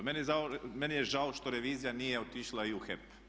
Meni je žao što revizija nije otišla i u HEP.